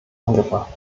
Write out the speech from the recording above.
angebracht